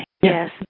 Yes